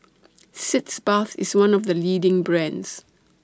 Sitz Bath IS one of The leading brands